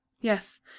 yes